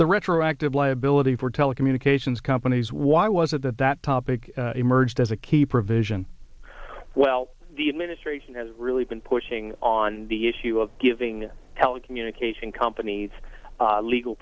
the retroactive liability for telecommunications companies why was it that that topic emerged as a key provision well the administration has really been pushing on the issue of giving the telecommunication companies legal